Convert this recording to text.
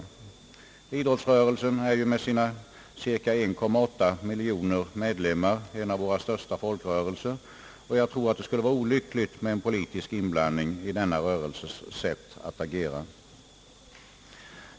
Idrottsrörelsen är ju med sina 1,8 miljon med lemmar en av våra största folkrörelser, och jag tror att det skulle vara olyckligt med en politisk inblandning i denna rörelses sätt att agera.